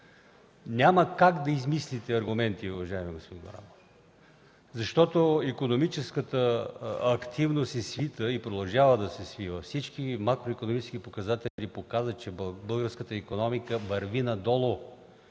Няма как да измислите аргументи, уважаеми господин Горанов, защото икономическата активност е свита и продължава да се свива – всички макроикономически показатели сочат, че българската икономика върви надолу!